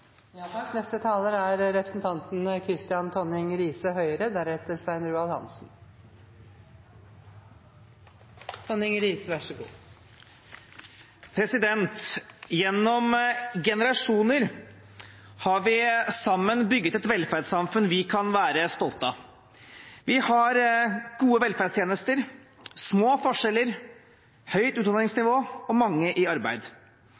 Gjennom generasjoner har vi sammen bygget et velferdssamfunn vi kan være stolte av. Vi har gode velferdstjenester, små forskjeller, høyt utdanningsnivå og mange i arbeid.